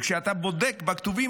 וכשאתה בודק בכתובים,